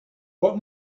what